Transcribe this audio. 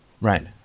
Right